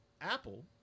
Apple